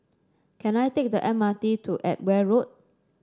can I take the M R T to Edgware Road